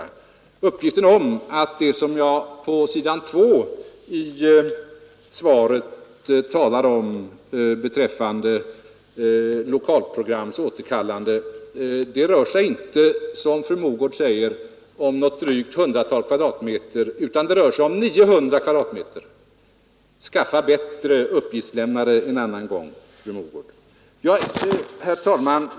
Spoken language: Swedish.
De uppgifter jag lämnar i interpellationssvaret angående lokalprograms återkallande rör sig inte om något drygt hundratal kvadratmeter, som fru Mogård sade, utan det gäller 900 kvadratmeter. Skaffa bättre uppgiftslämnare en annan gång, fru Mogård! Herr talman!